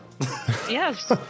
Yes